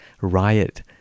riot